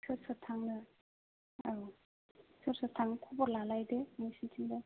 सोर सोर थांनो औ सोर सोर थाङो खबर लालायदो नोंसिनिथिंजाय